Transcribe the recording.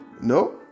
no